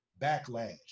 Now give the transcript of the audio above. backlash